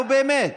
נו, באמת.